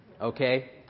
okay